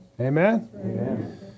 Amen